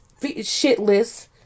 shitless